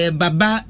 baba